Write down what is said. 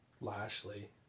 Lashley